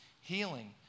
healing